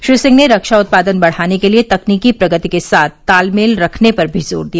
श्री सिंह ने रक्षा उत्पादन बढ़ाने के लिए तकनीकी प्रगति के साथ तालमेल रखने पर भी जोर दिया